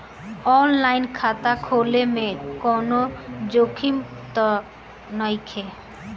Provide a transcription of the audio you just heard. आन line खाता खोले में कौनो जोखिम त नइखे?